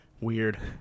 Weird